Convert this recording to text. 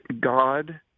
God